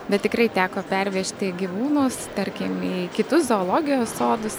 bet tikrai teko pervežti gyvūnus tarkim į kitus zoologijos sodus